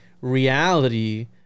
reality